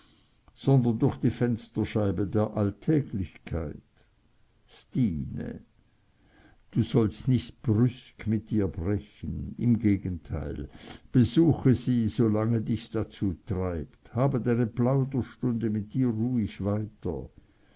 sondern durch die fensterscheibe der alltäglichkeit stine du sollst nicht brüsk mit ihr brechen im gegenteil besuche sie solange dich's dazu treibt habe deine plauderstunde mit ihr ruhig weiter